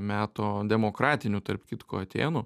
meto demokratinių tarp kitko atėnų